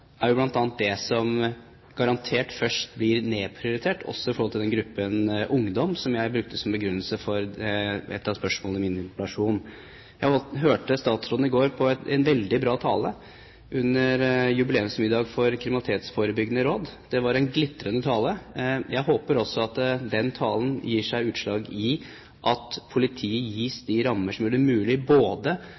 det som garantert først blir nedprioritert, også overfor den gruppen ungdom som jeg brukte som begrunnelse for et av spørsmålene mine i interpellasjonen. Jeg hørte statsråden i går. Han holdt en veldig bra tale under jubileumsmiddagen for Det kriminalitetsforebyggende råd. Det var en glitrende tale. Jeg håper også at den talen gir seg utslag i at politiet gis de rammer som gjør det mulig både